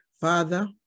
Father